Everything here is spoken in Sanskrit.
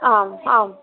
आम् आम्